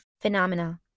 phenomena